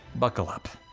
buckle up.